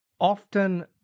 often